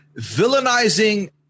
villainizing